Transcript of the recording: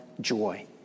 joy